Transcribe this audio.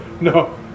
No